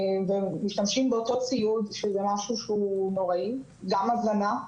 ומשתמשים באותו ציוד, שזה משהו נוראי, גם הזנה.